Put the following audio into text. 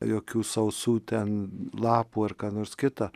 jokių sausų ten lapų ar ką nors kitą